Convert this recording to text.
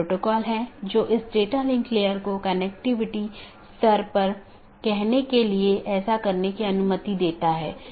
यह पूरे मेश की आवश्यकता को हटा देता है और प्रबंधन क्षमता को कम कर देता है